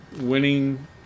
winning